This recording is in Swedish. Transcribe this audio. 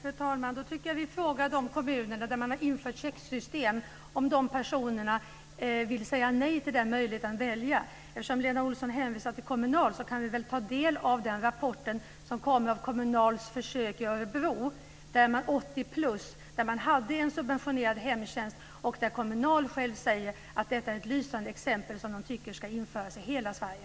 Fru talman! Jag tycker att vi frågar de kommuner där man har infört checksystem om personerna vill säga nej till möjligheten att välja. Eftersom Lena Olsson hänvisar till Kommunal kan vi väl ta del av rapporten om Kommunals försök i Örebro, "80+". Där hade man en subventionerad hemtjänst, och Kommunal självt säger att detta är ett lysande exempel som man tycker ska införas i hela Sverige.